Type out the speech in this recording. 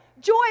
joy